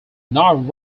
not